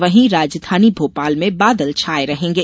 वहीं राजधानी भोपाल में बादल छाये रहेंगे